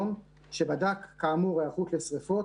שבדק כאמור היערכות לשרפות,